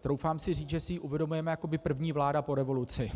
Troufám si říci, že si ji uvědomujeme jakoby první vláda po revoluci,